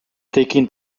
taken